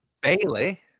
Bailey